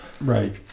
Right